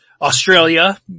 Australia